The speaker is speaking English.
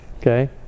okay